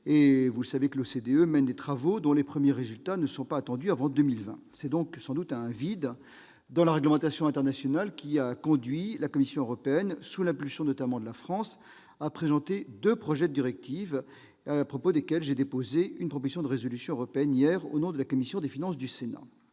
sur ce sujet. L'OCDE mène certes des travaux à ce titre, mais leurs premiers résultats ne sont pas attendus avant 2020. C'est sans doute ce vide observé dans la réglementation internationale qui a conduit la Commission européenne, sous l'impulsion notamment de la France, à présenter deux projets de directive à propos desquelles j'ai déposé une proposition de résolution européenne hier, au nom la commission des finances du Sénat.